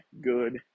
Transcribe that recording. good